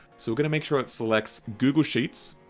so we're going to make sure it selects google sheets,